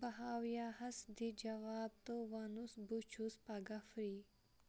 بہاویا ہس دِ جواب تہٕ ونُس بہٕ چھُس پگہہ فری